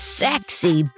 sexy